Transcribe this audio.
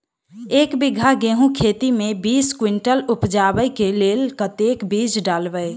एक बीघा गेंहूँ खेती मे बीस कुनटल उपजाबै केँ लेल कतेक बीज डालबै?